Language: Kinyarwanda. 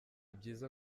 byiza